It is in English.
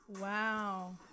Wow